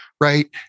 Right